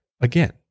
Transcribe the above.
Again